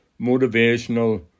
motivational